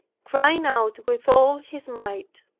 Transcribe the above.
crying out with all his might,